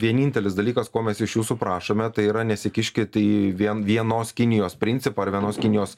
vienintelis dalykas ko mes iš jūsų prašome tai yra nesikiškit į vien vienos kinijos principą ar vienos kinijos